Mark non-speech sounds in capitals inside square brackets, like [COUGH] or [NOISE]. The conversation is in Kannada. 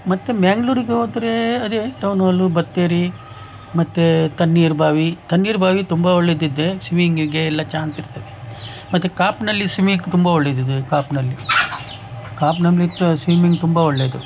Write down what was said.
ಮತ್ತೆ ಮಂಗ್ಳೂರಿಗೆ ಹೋದ್ರೆ ಅದೇ ಟೌನ್ ಆಲು ಬತ್ತೇರಿ ಮತ್ತೇ ತಣ್ಣೀರ್ಬಾವಿ ತಣ್ಣೀರ್ಬಾವಿ ತುಂಬ ಒಳ್ಳೆಯದಿದೆ ಸ್ವಿಮ್ಮಿಂಗಿಗೆ ಎಲ್ಲ ಚಾನ್ಸ್ ಇರ್ತದೆ ಮತ್ತೆ ಕಾಪ್ನಲ್ಲಿ ಸ್ವಿಮ್ಮಿಂಗ್ ತುಂಬ ಒಳ್ಳೆಯದಿದೆ ಕಾಪ್ನಲ್ಲಿ ಕಾಪ್ [UNINTELLIGIBLE] ಸ್ವಿಮಿಂಗ್ ತುಂಬ ಒಳ್ಳೆಯದು